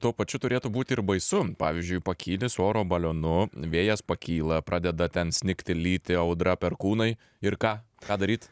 tuo pačiu turėtų būti ir baisu pavyzdžiui pakyli su oro balionu vėjas pakyla pradeda ten snigti lyti audra perkūnai ir ką ką daryt